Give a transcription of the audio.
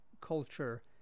culture